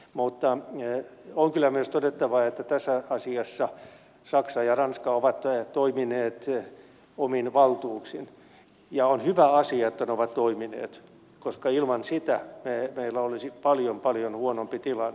mutta on kyllä myös todettava että tässä asiassa saksa ja ranska ovat toimineet omin valtuuksin ja on hyvä asia että ne ovat toimineet koska ilman sitä meillä olisi paljon paljon huonompi tilanne